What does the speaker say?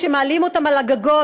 כשמעלים אותם על הגגות,